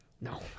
No